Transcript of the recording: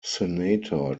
senator